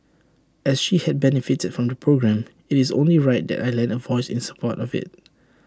as she had benefited from the programme IT is only right that I lend A voice in support of IT